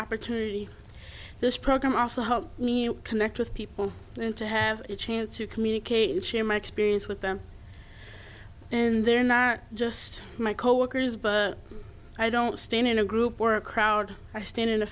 opportunity this program also helped me connect with people and to have a chance to communicate and share my experience with them and they're not just my coworkers but i don't stand in a group or a crowd i stand in a